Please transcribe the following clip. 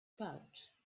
pouch